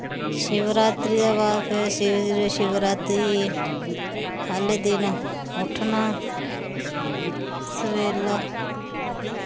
शिवरात्री दे बाद फिर शिवरात्री आह्ले दिन उट्ठना सवेल्ला